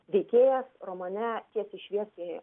veikėjas romane tiesiai šviesiai